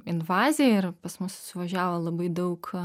invazija ir pas mus suvažiavo labai daug